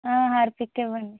Harpic ఇవ్వండి